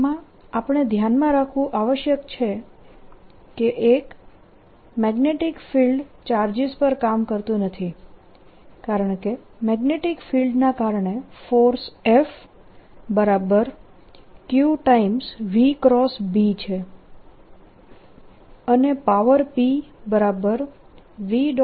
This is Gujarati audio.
આમાં આપણે ધ્યાનમાં રાખવું આવશ્યક છે કે 1 મેગ્નેટીક ફિલ્ડ ચાર્જિસ પર કામ કરતું નથી કારણકે મેગ્નેટીક ફિલ્ડના કારણે ફોર્સ Fq છે અને પાવર Pv